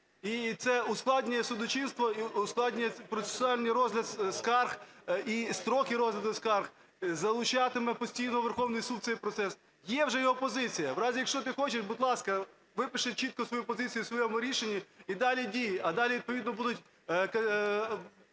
і це ускладнює судочинство, і ускладнює процесуальний розгляд скарг і строки розгляду скарг, залучатиме постійно Верховний Суд в цей процес. Є вже його позиція. У разі, якщо ти хочеш, будь ласка, випиши чітко свою позицію у своєму рішенні і далі дій, а далі відповідно будуть